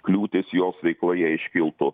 kliūtys jos veikloje iškiltų